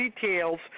details